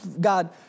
God